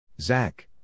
Zach